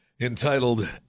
entitled